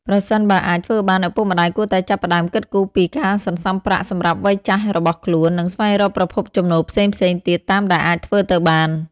ប្រសិនបើអាចធ្វើបាន ឪពុកម្ដាយគួរតែចាប់ផ្ដើមគិតគូរពីការសន្សំប្រាក់សម្រាប់វ័យចាស់របស់ខ្លួន និងស្វែងរកប្រភពចំណូលផ្សេងៗទៀតតាមដែលអាចធ្វើទៅបាន។